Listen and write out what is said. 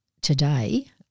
today